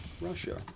Russia